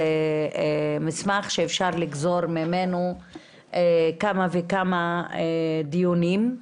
שזה מסמך שאפשר לגזור ממנו כמה וכמה דיונים.